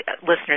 listeners